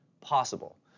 possible